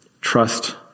Trust